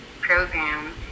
program